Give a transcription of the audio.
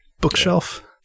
bookshelf